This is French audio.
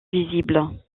visible